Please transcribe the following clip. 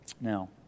Now